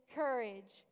courage